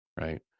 Right